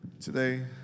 today